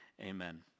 Amen